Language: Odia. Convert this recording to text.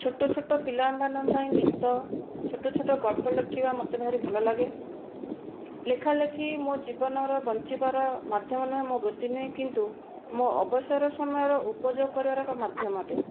ଛୋଟ ଛୋଟ ପିଲାମାନଙ୍କ ପାଇଁ ଗୀତ ଛୋଟ ଛୋଟ ଗଳ୍ପ ଲେଖିବା ମୋତେ ଭାରି ଭଲ ଲାଗେ ଲେଖାଲେଖି ମୋ' ଜୀବନର ବଞ୍ଚିବାର ମାଧ୍ୟମ ନୁହେଁ ମୋ' ବୃତ୍ତି ନୁହେଁ କିନ୍ତୁ ମୋ' ଅବସର ସମୟର ଉପଯୋଗ କରିବାର ଏକ ମାଧ୍ୟମ ଅଟେ